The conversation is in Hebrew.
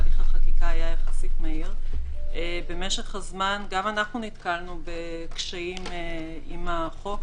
הליך החקיקה היה יחסית מהיר במשך הזמן גם אנחנו נתקלנו בקשיים עם החוק,